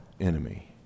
enemy